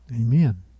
Amen